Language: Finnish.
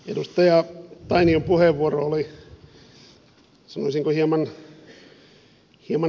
edustaja tainion puheenvuoro oli sanoisinko hieman lievähkö